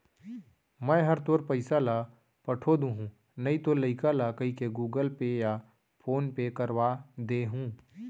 मैं हर तोर पइसा ल पठो दुहूँ नइतो लइका ल कइके गूगल पे या फोन पे करवा दे हूँ